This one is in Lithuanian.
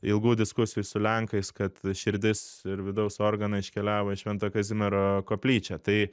ilgų diskusijų su lenkais kad širdis ir vidaus organai iškeliavo į švento kazimiero koplyčią tai